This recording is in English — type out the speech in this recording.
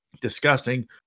disgusting